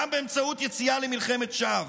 גם באמצעות יציאה למלחמת שווא.